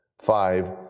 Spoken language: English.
five